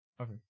Okay